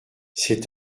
cet